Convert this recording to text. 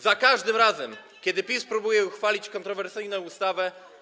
Za każdym razem, kiedy PiS próbuje uchwalić kontrowersyjną ustawę.